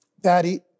Daddy